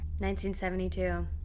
1972